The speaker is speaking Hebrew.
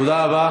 תודה רבה.